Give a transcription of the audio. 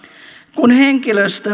kun henkilöstö